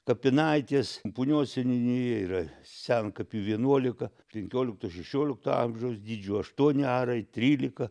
kapinaitės punios seniūnijoje yra senkapių vienuolika penkiolikto šešiolikto amžiaus dydžių aštuoni arai trylika